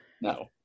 No